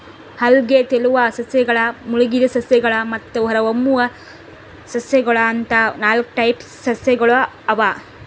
ಅಲ್ಗೆ, ತೆಲುವ್ ಸಸ್ಯಗಳ್, ಮುಳಗಿದ್ ಸಸ್ಯಗಳ್ ಮತ್ತ್ ಹೊರಹೊಮ್ಮುವ್ ಸಸ್ಯಗೊಳ್ ಅಂತಾ ನಾಲ್ಕ್ ಟೈಪ್ಸ್ ಜಲಸಸ್ಯಗೊಳ್ ಅವಾ